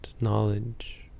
knowledge